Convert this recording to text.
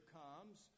comes